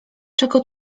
czego